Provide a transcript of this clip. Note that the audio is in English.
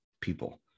people